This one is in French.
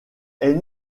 est